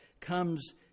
comes